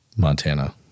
Montana